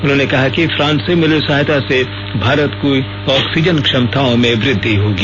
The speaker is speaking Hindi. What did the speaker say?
उन्होंने कहा कि फ्रांस से मिली सहायता से भारत की ऑक्सीजन क्षमताओं में वृद्धि होगी